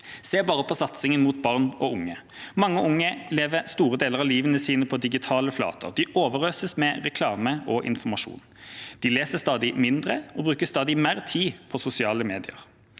Se bare på satsingen mot barn og unge. Mange unge lever store deler av livet sitt på digitale flater. De overøses med reklame og informasjon. De leser stadig mindre og bruker stadig mer tid på sosiale medier.